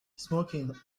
smoking